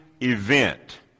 event